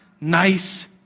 nice